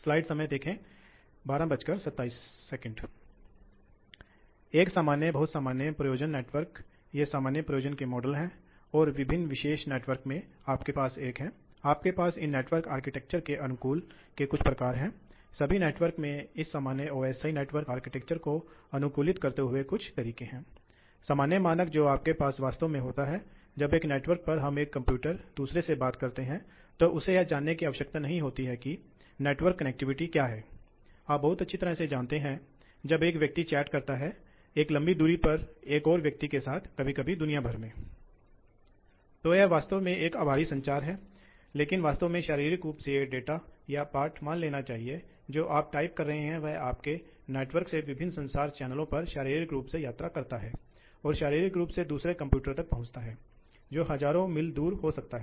तो हम देखते हैं तो अब हम देखते हैं कि जब आप पर नियंत्रण होता है तो ऑपरेटिंग विशेषताओं का क्या होता है इसलिए यहां पंखे की वक्र है तो आप देख सकते हैं कि अब एक स्पंज वास्तव में एक प्रतिरोध डालता है इसलिए मूल रूप से हमारे पास यह था तो यह है आप स्पंज को लोड का हिस्सा मान सकते हैं इसलिए जब आप स्पंज को P K x Q2 की लोड लोड विशेषता को बंद कर रहे हैं यह K मान धीरे धीरे बढ़ रहा है जिसका अर्थ है कि जैसे जैसे स्पंज अधिक बंद हो रहा है और किसी दिए गए प्रवाह को चलाने के लिए अधिक दबाव की आवश्यकता होती है यह स्वाभाविक है